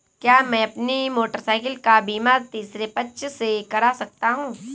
क्या मैं अपनी मोटरसाइकिल का बीमा तीसरे पक्ष से करा सकता हूँ?